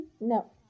no